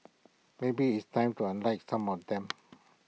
maybe it's time to unlike some of them